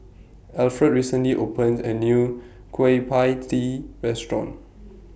Alfred recently opened A New Kueh PIE Tee Restaurant